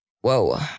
whoa